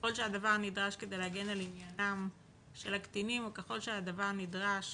ככל שהדבר נדרש כדי להגן על עניינם של הקטינים וככל שהדבר נדרש